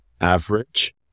average